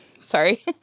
Sorry